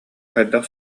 хайдах